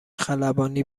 خلبانی